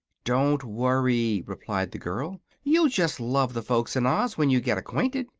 don't worry, replied the girl. you'll just love the folks in oz, when you get acquainted.